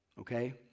Okay